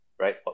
right